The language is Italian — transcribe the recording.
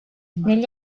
negli